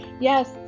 Yes